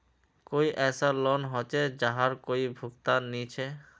कोई ऐसा लोन होचे जहार कोई भुगतान नी छे?